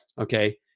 okay